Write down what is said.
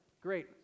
great